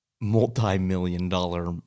Multi-million-dollar